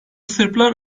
sırplar